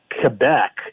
Quebec